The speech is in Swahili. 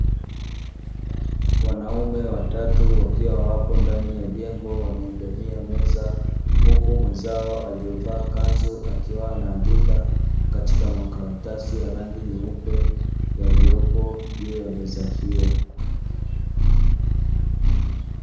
Wanaume watatu wakiwa wapo ndani ya jengo wameegemea meza, huku mwenzao aliyevaa kanzu akiwa anaandika katika makaratasi ya rangi nyeupe yaliyopo juu ya meza hiyo.